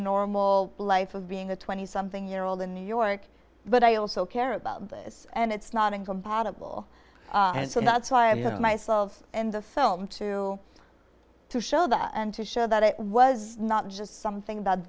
normal life of being a twenty something year old in new york but i also care about this and it's not incompatible and so that's why i'm here myself in the film to to show that and to show that it was not just something